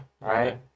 Right